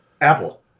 Apple